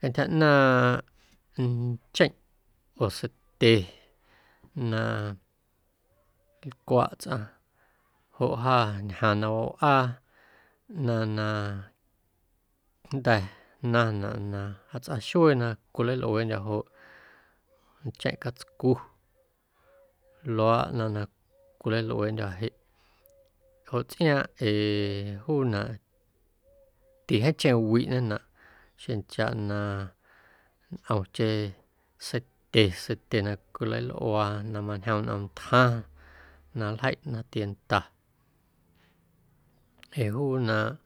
Cantyja ꞌnaaⁿꞌ ncheⁿꞌ oo seitye na nclwaꞌ tsꞌaⁿ joꞌ ja ñjaaⁿ na wawꞌaa ꞌnaⁿ na jnda̱ jnaⁿnaꞌ na jatsꞌaa xuee na cwilalꞌueeꞌndyô̱ joꞌ cheⁿꞌ catscu luaaꞌ ꞌnaⁿ na cwilalꞌueeꞌndyô̱ jeꞌ joꞌ tsꞌiaaⁿꞌ ee juunaꞌ tijeeⁿcheⁿ wiꞌñenaꞌ xjeⁿchaꞌna ntꞌomcheⁿ seitye, seitye na coleilꞌua na mañjom nꞌom ntjaⁿ na nljeiꞌ na tienda ee juunaꞌ